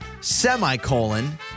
Semicolon